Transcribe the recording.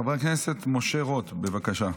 חבר הכנסת משה רוט, בבקשה.